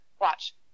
watch